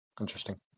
Interesting